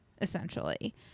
essentially